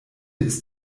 ist